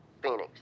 Phoenix